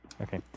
Okay